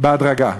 בהדרגה.